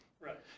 right